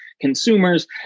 consumers